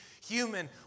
human